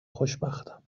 خوشبختم